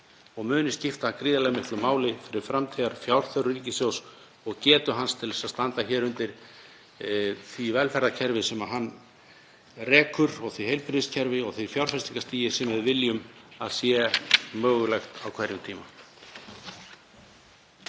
tíma skipta gríðarlega miklu máli fyrir framtíðarfjárþörf ríkissjóðs og getu hans til að standa undir því velferðarkerfi sem hann rekur og því heilbrigðiskerfi og því fjárfestingarstigi sem við viljum að sé mögulegt á hverjum tíma.